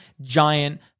giant